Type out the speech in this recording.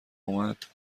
اومد